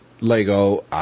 Lego